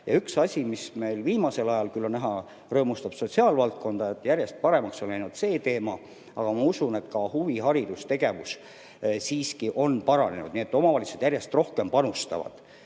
Üks asi, mida viimasel ajal on näha, on see, mis rõõmustab sotsiaalvaldkonda, et järjest paremaks on läinud see teema, aga ma usun, et ka huviharidustegevus siiski on paranenud. Nii et omavalitsused järjest rohkem panustavad.